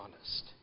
honest